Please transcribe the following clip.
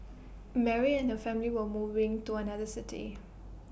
Mary and her family were moving to another city